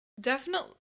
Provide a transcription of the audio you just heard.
Definitely-